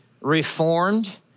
Reformed